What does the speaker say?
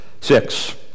six